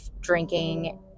drinking